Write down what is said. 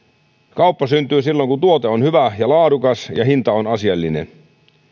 kauppa syntyy silloin kun tuote on hyvä ja laadukas ja hinta on asiallinen